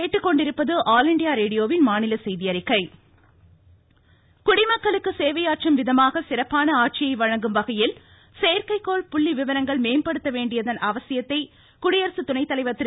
வெங்கய்ய நாயுடு குடிமக்களுக்கு சேவையாற்றும் விதமாக சிறப்பான ஆட்சியை வழங்கும் வகையில் செயற்கைகோள் புள்ளி விவரங்களை மேம்படுத்த வேண்டியதன் அவசியத்தை குடியரசு துணைத்தலைவர் திரு